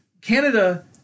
Canada